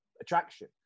attraction